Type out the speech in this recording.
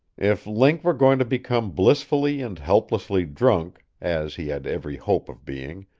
if link were going to become blissfully and helplessly drunk, as he had every hope of being,